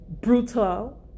brutal